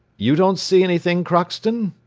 you don't see anything, crockston?